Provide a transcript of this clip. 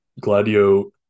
Gladio